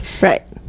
right